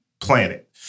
planet